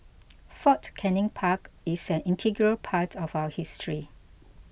Fort Canning Park is an integral part of our history